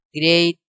great